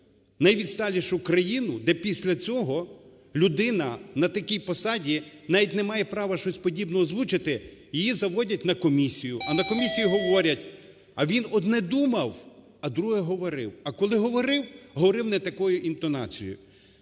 найвідсталішу країну, де після цього людина на такій посаді навіть не має права щось подібне озвучити, її заводять на комісію, а на комісії говорять: "А він одне думав, а друге говорив, а коли говорив - говорив не такою інтонацією".